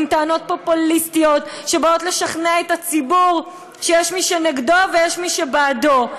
הן טענות פופוליסטיות שבאות לשכנע את הציבור שיש מי שנגדו ויש מי שבעדו.